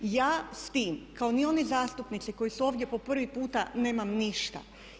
Ja sa time kao ni oni zastupnici koji su ovdje po prvi puta nemam ništa.